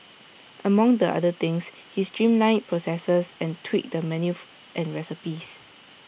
among the other things he streamlined processes and tweaked the menus and recipes